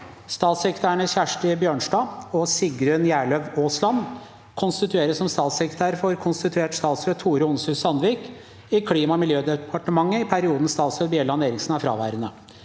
Statssekretærene Kjersti Bjørnstad og Sigrun Gjerløw Aasland konstitueres som statssekretærer for konstituert statsråd Tore Onshuus Sandvik i Klimaog miljødepartementet i perioden statsråd Bjelland Eriksen er fraværende.